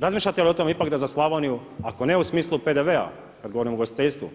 Razmišljate li o tome da ipak za Slavoniju ako ne u smislu PDV-a kada govorim o ugostiteljstvu